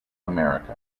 america